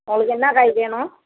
உங்களுக்கு என்ன காய் வேணும்